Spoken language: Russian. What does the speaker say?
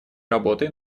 работой